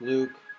Luke